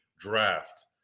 Draft